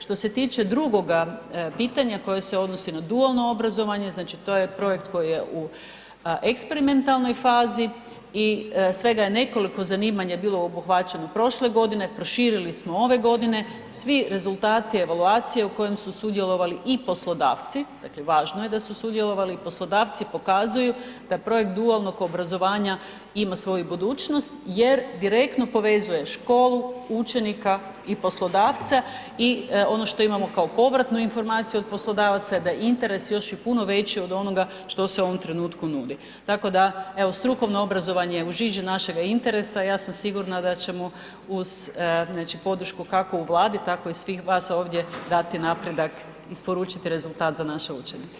Što se tiče drugoga pitanja koje se odnosi na dualno obrazovanje, znači to je projekt koji je u eksperimentalnoj fazi i svega je nekoliko zanimanja bilo obuhvaćeno prošle godine, proširili smo ove godine, svi rezultati evaluacije u kojem su sudjelovali i poslodavci, dakle važno je da su sudjelovali, poslodavci pokazuju da projekt dualnog obrazovanja ima svoju budućnost jer direktno povezuje školu, učenika i poslodavca i ono što imamo kao povratnu informaciju od poslodavaca je da je interes još i puno veći od onoga što se u ovom trenutku nudi, tako da evo strukovno obrazovanje je u žiži našega interesa, ja sam sigurna da ćemo uz znači podršku kako u Vladi, tako i svih vas ovdje dati napredak i isporučiti rezultat za naše učenike.